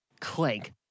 Clank